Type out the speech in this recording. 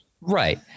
right